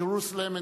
Jerusalem,